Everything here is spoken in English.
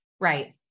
Right